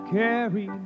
carry